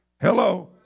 Hello